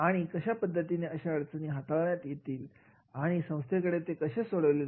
आणि कशा पद्धतीने अशी अडचण हाताळण्यात आली आणि संस्थेने ते कसे सोडवले